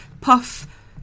puff